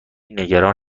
نگران